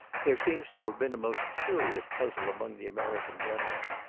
there seems to have been a most curious puzzle among the american generals,